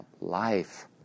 life